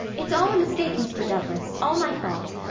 it's all a mistake, mr. douglas all my fault.